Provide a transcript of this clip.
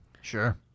Sure